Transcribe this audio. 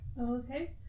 Okay